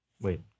Wait